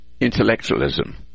intellectualism